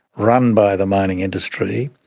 run by the mining industry,